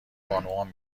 بانوان